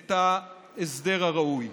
את ההסדר הראוי.